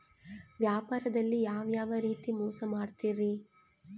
ವ್ಯಾಪಾರದಲ್ಲಿ ಯಾವ್ಯಾವ ರೇತಿ ಮೋಸ ಮಾಡ್ತಾರ್ರಿ?